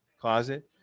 closet